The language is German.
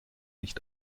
nicht